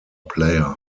player